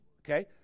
okay